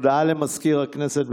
הודעה למזכיר הכנסת.